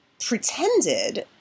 pretended